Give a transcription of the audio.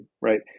right